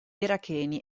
iracheni